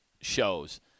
shows